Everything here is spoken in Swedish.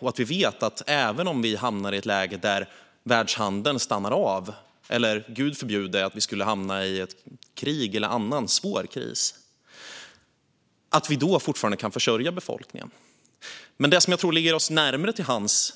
Vi ska veta att även om vi hamnar i ett läge där världshandeln stannar av eller om vi, gud förbjude, skulle hamna i ett krig eller en annan svår kris ska vi fortfarande kunna försörja befolkningen. Men det som jag tror ligger närmare till hands